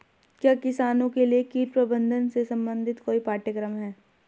क्या किसानों के लिए कीट प्रबंधन से संबंधित कोई पाठ्यक्रम है?